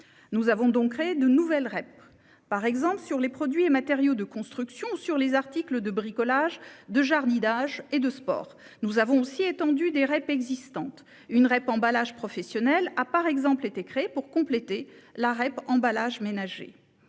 Nous avons donc créé de nouvelles REP, par exemple sur les produits et matériaux de construction ou sur les articles de bricolage, de jardinage et de sport. Nous avons aussi étendu des REP existantes : une REP emballages professionnels a par exemple été créée pour compléter la REP emballages ménagers.